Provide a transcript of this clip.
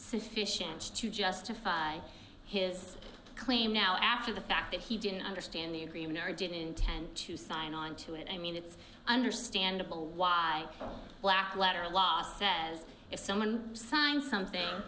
sufficient to justify his claim now after the fact that he didn't understand the agreement or didn't intend to sign on to it i mean it's understandable why black letter law says if someone signs something